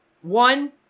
one